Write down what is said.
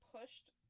pushed